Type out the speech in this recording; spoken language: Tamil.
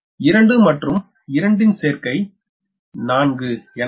எனவே 2 மற்றும் 2 ன் சேர்க்கை 4